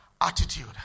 attitude